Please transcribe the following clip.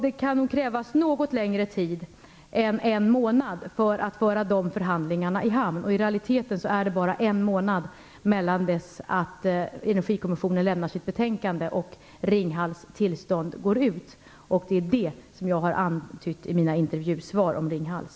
Det kan nog krävas något längre tid än en månad för att föra de förhandlingarna i hamn. I realiteten är det bara en månad från det att Energikommissionen lämnar sitt betänkande och till dess Ringhals tillstånd går ut. Det är det som jag har antytt i mina intervjusvar om Ringhals.